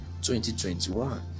2021